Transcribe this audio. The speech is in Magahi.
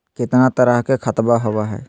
कितना तरह के खातवा होव हई?